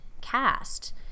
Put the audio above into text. cast